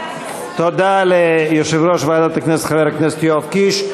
תודה ליושב-ראש ועדת הכנסת חבר הכנסת יואב קיש.